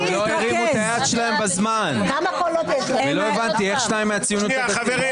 לא הבנתי, איך שניים מהציונות הדתית?